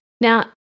Now